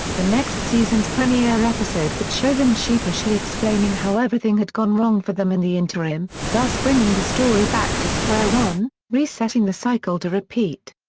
the next season's premiere episode would show them sheepishly explaining how everything had gone wrong for them in the interim, thus bringing the story back to square-one, re-setting the cycle to repeat.